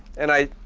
and i